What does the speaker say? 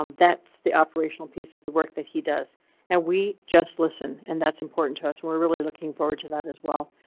um that's the operational piece of the work that he does and we just listen, and that's important to us and we're really looking forward to that as well,